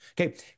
Okay